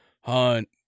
Hunt